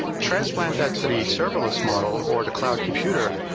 transplant that to the serverless model or the cloud computer.